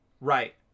Right